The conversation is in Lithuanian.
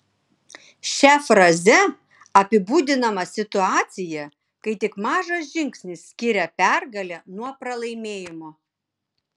šia fraze apibūdinama situacija kai tik mažas žingsnis skiria pergalę nuo pralaimėjimo